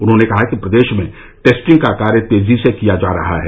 उन्होंने कहा कि प्रदेश में टेस्टिंग का कार्य तेजी से किया जा रहा है